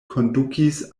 kondukis